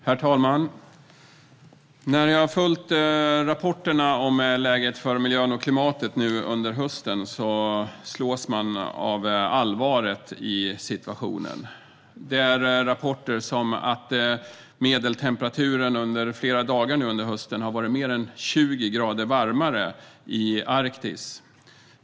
Herr talman! När jag har följt rapporterna om läget för miljön och klimatet nu under hösten slås jag av allvaret i situationen. Det är rapporter som att medeltemperaturen under flera dagar nu under hösten har varit mer än 20 grader varmare än normalt i Arktis.